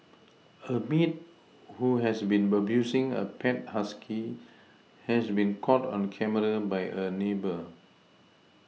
a maid who has been abusing a pet husky has been caught on camera by a neighbour